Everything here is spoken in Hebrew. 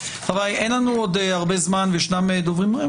חבריי, אין לנו עוד הרבה זמן, ויש דוברים רבים.